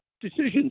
Decisions